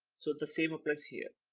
so the same applies here.